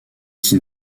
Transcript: qui